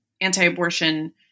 anti-abortion